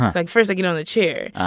like, first i get on the chair,